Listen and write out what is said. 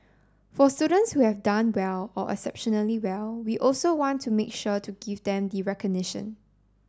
for students who have done well or exceptionally well we also want to make sure to give them the recognition